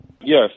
Yes